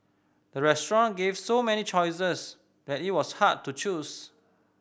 the restaurant gave so many choices that it was hard to choose